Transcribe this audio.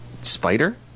spider